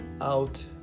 out